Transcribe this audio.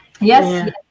yes